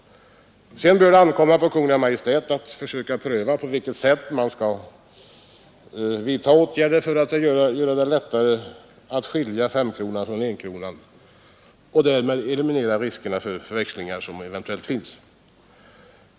Sedan bör det ankomma på Kungl. Maj:t att pröva på vilket sätt man skall vidta åtgärder för att göra det lättare att skilja femkronan från enkronan och därmed eliminera de risker för förväxlingar som eventuellt finns.